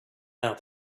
now